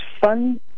fun